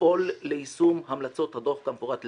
לפעול ליישום המלצות הדוח כמפורט להלן: